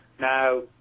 Now